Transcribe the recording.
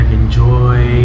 enjoy